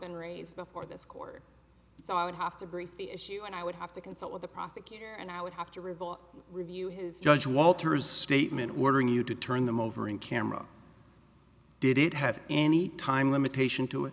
been raised before this court so i would have to brief the issue and i would have to consult with the prosecutor and i would have to reveal review his judge walters statement ordering you to turn them over in camera did it have any time limitation to